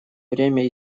время